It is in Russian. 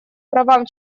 правам